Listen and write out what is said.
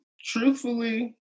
Truthfully